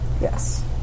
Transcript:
Yes